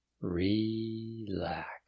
Relax